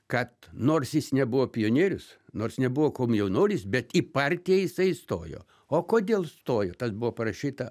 kad nors jis nebuvo pionierius nors nebuvo komjaunuolis bet į partiją jisai įstojo o kodėl stojo tas buvo parašyta